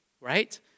right